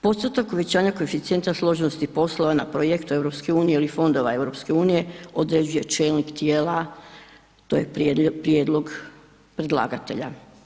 Postotak uvećanja koeficijenta složenosti poslova na projektu EU ili fondova EU određuje čelnik tijela, to je prijedlog predlagatelja.